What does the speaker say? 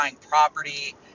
property